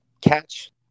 catch